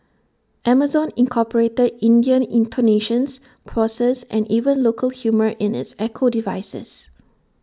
Amazon incorporated Indian intonations pauses and even local humour in its echo devices